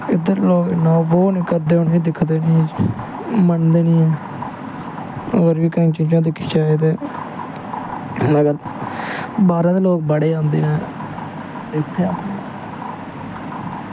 इध्दर दे इन्ना ओह् नी करदे उनें दिखदे नी मनदे नी ऐं होर बी केंई चीजां दिक्खी जाए ते बाह्रा दे लोग बड़े आंदे न